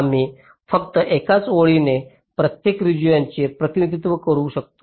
आम्ही फक्त एकाच ओळीने प्रत्येक रेजियॉन्साचे प्रतिनिधित्व करू शकतो